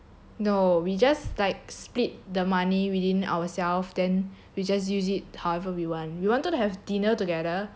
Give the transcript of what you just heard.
no we just like split the money within ourselves then we just use it however we want we wanted to have dinner together but like